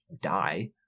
die